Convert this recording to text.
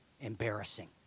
embarrassing